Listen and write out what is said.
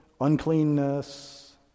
uncleanness